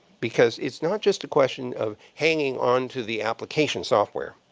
because it's not just a question of hanging on to the application software.